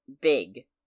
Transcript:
big